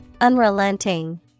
Unrelenting